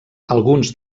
alguns